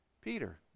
Peter